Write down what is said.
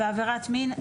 "עבירת מין"